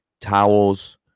towels